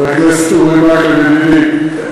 חבר הכנסת אורי מקלב ידידי,